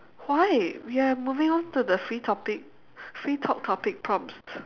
why we are moving on to the free topic free talk topic prompts